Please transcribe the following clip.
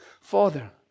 Father